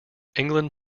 england